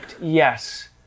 Yes